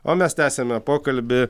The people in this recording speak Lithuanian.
o mes tęsiame pokalbį